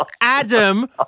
Adam